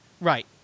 Right